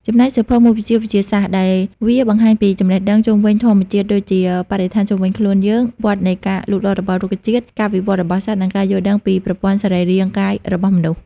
ចំណែក សៀវភៅមុខវិជ្ជាវិទ្យាសាស្ត្រដែលវាបង្ហាញពីចំណេះដឹងជុំវិញធម្មជាតិដូចជាបរិស្ថានជុំវិញខ្លួនយើង វដ្ដនៃការលូតលាស់របស់រុក្ខជាតិ ការវិវត្តរបស់សត្វ និងការយល់ដឹងពីប្រព័ន្ធសរីរាង្គកាយរបស់មនុស្ស។